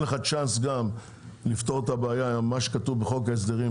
צ'אנס לפתור את הבעיה של מה שכתוב בחוק ההסדרים,